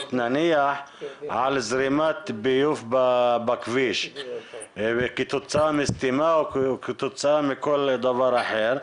נניח על זרימת ביוב בכביש כתוצאה מסתימה או כתוצאה מכל דבר אחר.